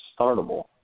startable